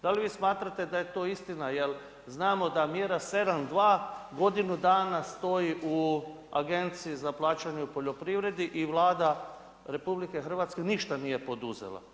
Da li vi smatrate da je to istina jer znamo da mjera 72 godinu danas stoji u Agenciji za plaćanje u poljoprivredi i Vlada RH ništa nije poduzela?